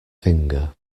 finger